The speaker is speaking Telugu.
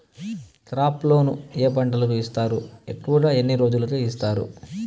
క్రాప్ లోను ఏ పంటలకు ఇస్తారు ఎక్కువగా ఎన్ని రోజులకి ఇస్తారు